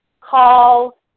call